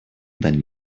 than